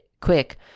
Quick